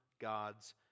God's